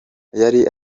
yari